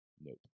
Nope